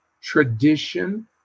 tradition